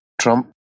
Trump